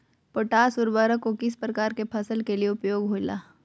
Potash उर्वरक को किस प्रकार के फसलों के लिए उपयोग होईला?